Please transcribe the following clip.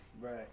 right